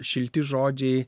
šilti žodžiai